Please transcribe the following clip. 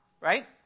right